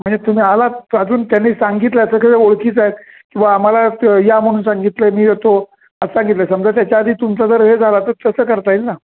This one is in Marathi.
म्हणजे तुम्ही आलाच अजून त्यांनी सांगितलं असं कं ओळखीचं आहे की बाबा आम्हाला तर या म्हणून सांगितलं आहे मी येतो असं सांगितलं आहे समजा त्याच्या आधी तुमचा जर हे झाला तर तसं करता येईल ना